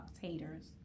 haters